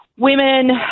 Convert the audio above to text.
Women